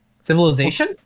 civilization